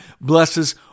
blesses